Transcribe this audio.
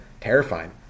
terrifying